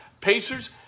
Pacers